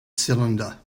cylinder